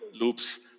loops